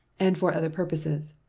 and for other purposes,